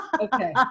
Okay